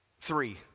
Three